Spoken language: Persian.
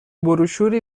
بروشوری